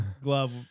glove